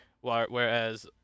whereas